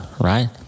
Right